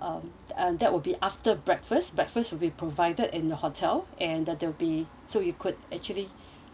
um uh that will be after breakfast breakfast will be provided in the hotel and that will be so you could actually